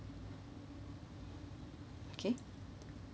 okay